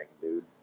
dude